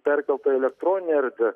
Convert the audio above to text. perkelta į elektroninę erdvę